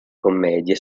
commedie